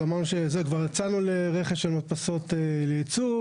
אז אמרנו שכבר יצאנו לרכש של מדפסות לייצור.